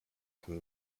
from